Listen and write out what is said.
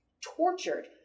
tortured